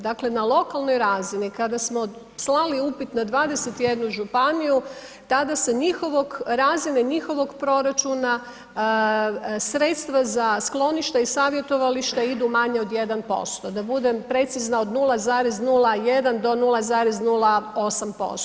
Dakle, na lokalnoj razini kada smo slali upit na 21 županiju tada se njihovog, razine njihovog proračuna sredstva za skloništa i savjetovališta idu manje od 1%, da budem precizna od 0,01 do 0,08%